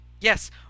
Yes